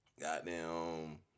Goddamn